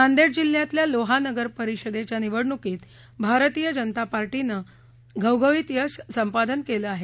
नांदेड जिल्ह्यातल्या लोहा नगर परिषदेच्या निवडणुकीत भारतीय जनता पार्टीनं घवघवीत यश संपादन केलं आहे